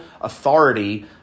authority